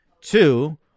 Two